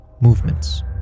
movements